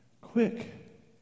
quick